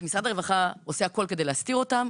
משרד הרווחה עושה הכול כדי להסתיר אותם.